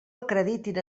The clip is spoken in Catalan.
acreditin